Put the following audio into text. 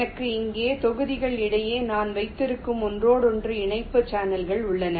எனவே இங்கே தொகுதிகள் இடையே நான் வைத்திருக்கும் ஒன்றோடொன்று இணைப்பு சேனல்கள் உள்ளன